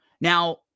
Now